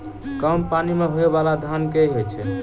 कम पानि मे होइ बाला धान केँ होइ छैय?